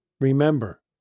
remember